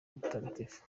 butagatifu